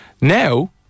Now